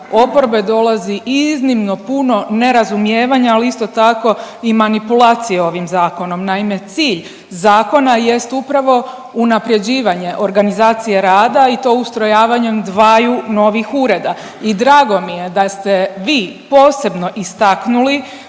oporbe dolazi iznimno puno nerazumijevanja, ali isto tako i manipulacije ovim Zakonom. Naime, cilj zakona jest upravo unaprjeđivanje organizacije rada i to ustrojavanjem dvaju novih ureda i drago mi je da ste vi posebno istaknuli